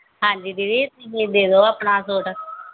ਹਾਂਜੀ ਦੀਦੀ ਤੁਸੀਂ ਦੇ ਦੋ ਆਪਣਾ ਸੂਟ